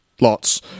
lots